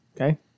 Okay